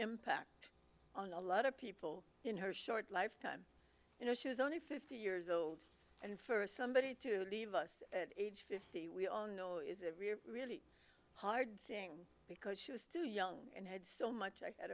impact on a lot of people in her short lifetime you know she was only fifty years old and for somebody to leave us at age fifty we all know is a really hard thing because she was too young and had so much i had